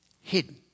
hidden